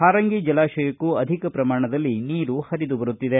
ಹಾರಂಗಿ ಜಲಾಶಯಕ್ಕೂಅಧಿಕ ಪ್ರಮಾಣದಲ್ಲಿ ನೀರು ಹರಿದುಬರುತ್ತಿದೆ